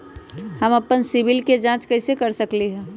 हम अपन सिबिल के जाँच कइसे कर सकली ह?